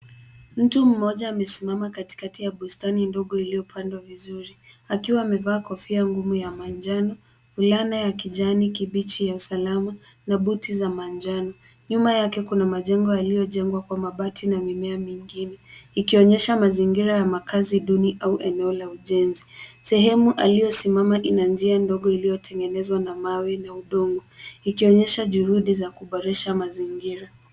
Mtu moja amesimama katikati wa bustani ndogo iliopandwa vizuri akiwa amevaa kofia ngumu wa majano winyano wa kijani kibichi ya usalama na boti za manjano nyuma yake kuna majengo yaliojengwa kwa mabati na mimea mingine ikionyesha mazingira ya makazi duni au eneo la ujenzi, sehemu aliosimama ina njia ndogo iliotengenezwa na mawe na udongo ikionyesha juhudi ya kuboresha mazingira.